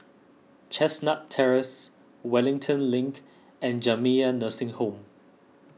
Chestnut Terrace Wellington Link and Jamiyah Nursing Home